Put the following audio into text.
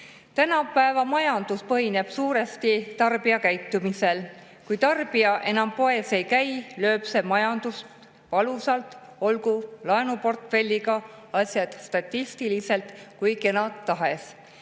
Tänapäeva majandus põhineb suuresti tarbijakäitumisel. Kui tarbija enam poes ei käi, lööb see majandust valusalt, olgu laenuportfelliga asjad statistiliselt kui tahes